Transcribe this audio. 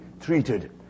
treated